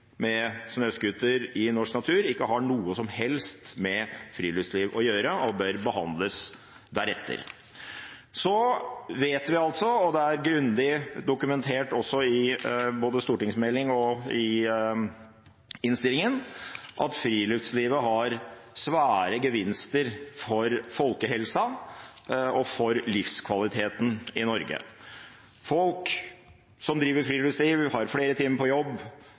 med snøscooter i norsk natur ikke har noe som helst med friluftsliv å gjøre, og bør behandles deretter. Så vet vi – og det er også grundig dokumentert, både i stortingsmeldingen og i innstillingen – at friluftslivet gir svære gevinster for folkehelsa og for livskvaliteten i Norge. Folk som driver med friluftsliv, har flere timer på jobb,